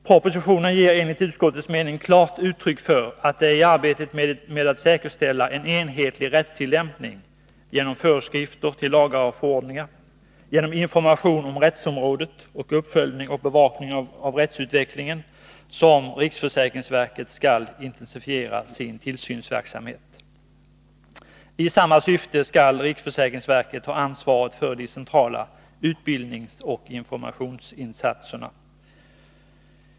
Propositionen ger enligt utskottets mening klart uttryck för att det är i arbetet med att säkerställa en enhetlig rättstillämpning genom föreskrifter till lagar och förordningar, genom information om rättsområdet och uppföljning och bevakning av rättsutvecklingen som riksförsäkringsverket skall intensifiera sin tillsynsverksamhet. I samma syfte skall riksförsäkringsverket ha ansvaret för de centrala utbildningsoch informationsinsatserna.